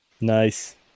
Nice